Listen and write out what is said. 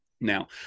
Now